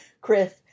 Chris